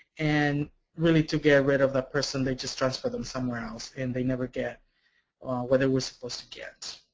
and really to get rid of that person they just transfer them somewhere else, and they never get what they were supposed to get.